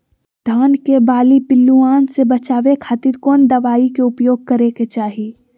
धान के बाली पिल्लूआन से बचावे खातिर कौन दवाई के उपयोग करे के चाही?